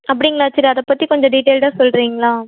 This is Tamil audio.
அப்படிங்களா சரி அதை பற்றி கொஞ்சம் டீட்டைல்டாக சொல்கிறீங்களா